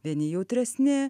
vieni jautresni